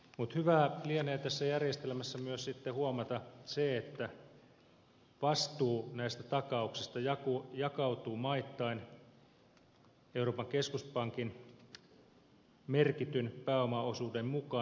mutta hyvää lienee tässä järjestelmässä myös sitten huomata se että vastuu näistä takauksista jakautuu maittain euroopan keskuspankin merkityn pääomaosuuden mukaan